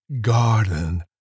garden